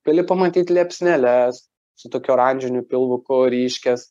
gali pamatyt liepsneles su tokiu oranžiniu pilvu ryškias